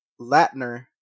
latner